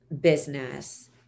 business